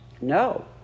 no